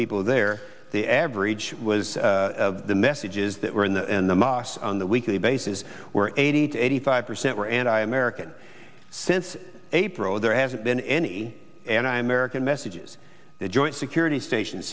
people there the average was the messages that were in the in the mosque on the weekly bases were eighty to eighty five percent were and i american since april there hasn't been any and i merican messages that joint security stations